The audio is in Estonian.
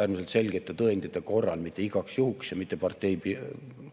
äärmiselt selgete tõendite korral, mitte igaks juhuks ja mitte parteipileti